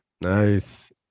Nice